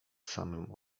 samym